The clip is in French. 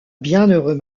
bienheureux